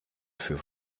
für